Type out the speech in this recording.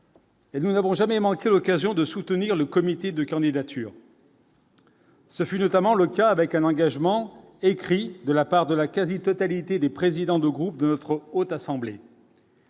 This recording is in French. Et nous n'avons jamais manqué l'occasion de soutenir le comité de candidature. Ce fut notamment le cas avec un engagement écrit de la part de la quasi-totalité des présidents de groupe de notre haute assemblée.